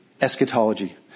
eschatology